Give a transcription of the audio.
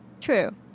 True